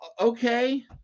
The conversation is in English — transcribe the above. okay